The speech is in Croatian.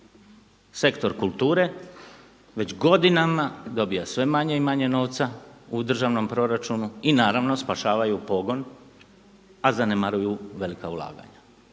Sektor kulture već godinama dobiva sve manje i manje novca u državnom proračunu i naravno spašavaju pogon, a zanemaruju velika ulaganja.